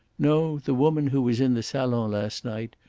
no the woman who was in the salon last night,